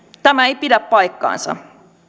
tämä ei pidä paikkaansa